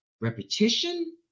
repetition